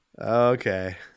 okay